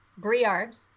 Briards